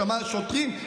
אמרת שוטרים?